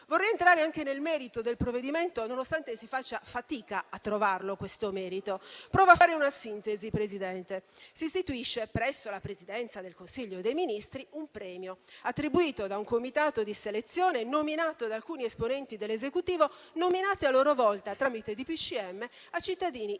Vorrei entrare anche nel merito del provvedimento, nonostante si faccia fatica a trovare questo merito. Provo a fare una sintesi, Presidente. Si istituisce, presso la Presidenza del Consiglio dei ministri, un premio, attribuito da un comitato di selezione nominato da alcuni esponenti dell'Esecutivo, nominati a loro volta tramite decreto del